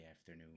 afternoon